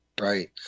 Right